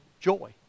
joy